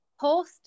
post